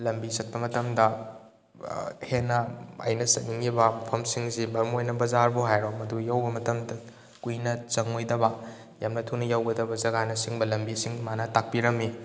ꯂꯝꯕꯤ ꯆꯠꯄ ꯃꯇꯝꯗ ꯍꯦꯟꯅ ꯑꯩꯅ ꯆꯠꯅꯤꯡꯉꯤꯕ ꯃꯐꯝꯁꯤꯡꯁꯤ ꯕꯝ ꯑꯣꯏꯅ ꯕꯖꯥꯔꯕꯨ ꯍꯥꯏꯔꯣ ꯃꯗꯨ ꯌꯧꯕ ꯃꯇꯝꯗ ꯀꯨꯏꯅ ꯆꯪꯉꯣꯏꯗꯕ ꯌꯥꯝꯅ ꯊꯨꯅ ꯌꯧꯒꯗꯕ ꯖꯒꯥꯅꯆꯤꯡꯕ ꯂꯝꯕꯤꯁꯤꯡ ꯃꯥꯅ ꯇꯥꯛꯄꯤꯔꯝꯃꯤ